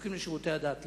שזקוקים לשירותי הדת,